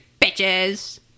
bitches